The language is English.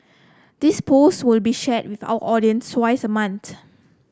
this post will be shared with our audience twice a month